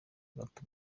gato